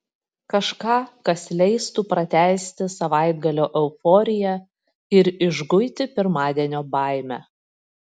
kažką kas leistų pratęsti savaitgalio euforiją ir išguiti pirmadienio baimę